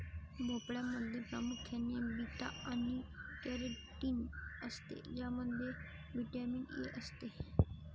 भोपळ्यामध्ये प्रामुख्याने बीटा आणि कॅरोटीन असते ज्यामध्ये व्हिटॅमिन ए असते